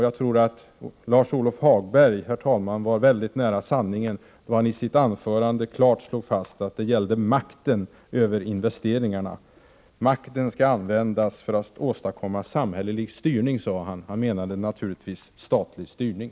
Jag tror, herr talman, att Lars-Ove Hagberg var mycket nära sanningen då han i sitt anförande slog fast att det gällde makten över investeringarna. Makten skall användas för att åstadkomma samhällelig styrning, sade Lars-Ove Hagberg. Han menade naturligtvis statlig styrning.